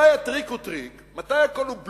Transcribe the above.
מתי הטריק הוא טריק, מתי הכול הוא בלוף.